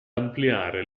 ampliare